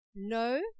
No